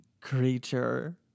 creature